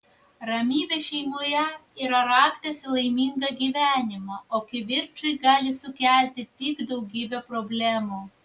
ramybė šeimoje yra raktas į laimingą gyvenimą o kivirčai gali sukelti tik daugybę problemų